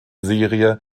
serie